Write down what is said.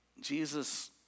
Jesus